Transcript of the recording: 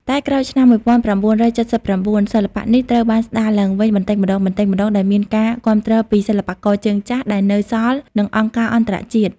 តែក្រោយឆ្នាំ ១៩៧៩ សិល្បៈនេះត្រូវបានស្ដារឡើងវិញបន្តិចម្ដងៗ ដោយមានការគាំទ្រពីសិល្បករជើងចាស់ដែលនៅសល់ និងអង្គការអន្តរជាតិ ។